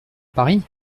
paris